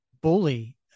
bully